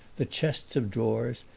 the chests of drawers,